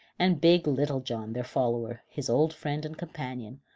and big little john, their follower, his old friend and companion,